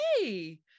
hey